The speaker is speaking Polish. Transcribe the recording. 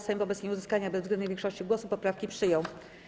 Sejm wobec nieuzyskania bezwzględnej większości głosów poprawki przyjął.